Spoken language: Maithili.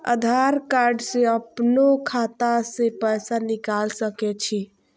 आधार कार्ड से अपनो खाता से पैसा निकाल सके छी?